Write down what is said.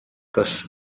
kas